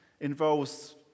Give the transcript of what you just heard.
involves